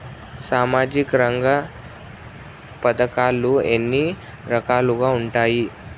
సామాజిక రంగ పథకాలు ఎన్ని రకాలుగా ఉంటాయి?